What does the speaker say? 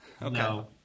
No